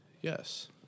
Yes